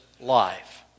life